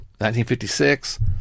1956